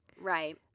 Right